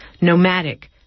nomadic